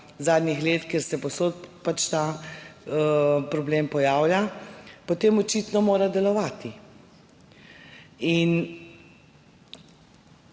zadnja leta, ker se povsod ta problem pojavlja, potem očitno mora delovati.